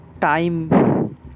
time